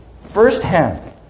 firsthand